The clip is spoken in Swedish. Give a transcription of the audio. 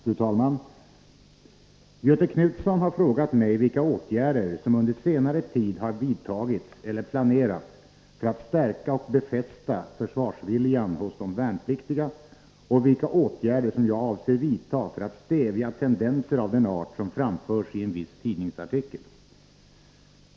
Fru talman! Göthe Knutson har frågat mig vilka åtgärder som under senare tid har vidtagits eller planerats för att stärka och befästa försvarsviljan hos de värnpliktiga och vilka åtgärder som jag avser vidta för att stävja tendenser av den art som framförs i en viss tidningsartikel.